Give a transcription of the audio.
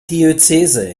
diözese